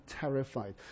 terrified